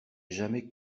jamais